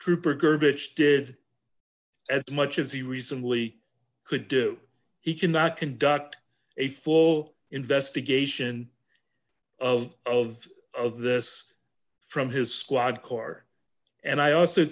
trooper garbage did as much as he reasonably could do he cannot conduct a full investigation of of of this from his squad car and i also